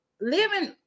living